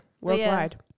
Worldwide